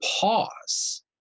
pause